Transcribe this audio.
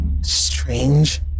Strange